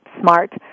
smart